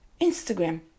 Instagram